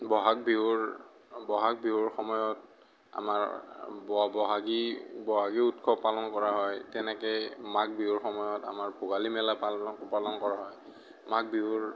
বহাগ বিহুৰ বহাগ বিহুৰ সময়ত আমাৰ ব বহাগী বহাগী উৎসৱ পালন কৰা হয় তেনেকেই মাঘ বিহুৰ সময়ত আমাৰ ভোগালী মেলা পাল পালন কৰা হয় মাঘ বিহুৰ